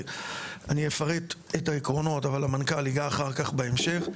אני אפרט את העקרונות אבל המנכ"ל ייגע אחר כך בהמשך.